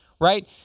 right